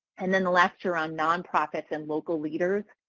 and then the last two are on non-profits and local leaders.